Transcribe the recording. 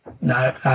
No